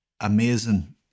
amazing